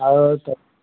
অঁ